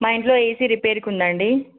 మా ఇంట్లో ఏసీ రిపేర్కి ఉంది అండి